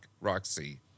Roxy